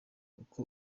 uko